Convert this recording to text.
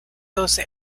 these